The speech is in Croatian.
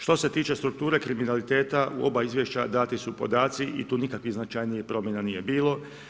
Što se tiče strukture kriminaliteta u oba izvješća dati su podaci i tu nikakvih značajnijih promjena nije bilo.